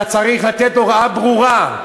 אתה צריך לתת הוראה ברורה,